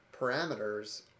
parameters